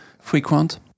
frequent